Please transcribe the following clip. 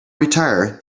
retire